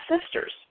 sisters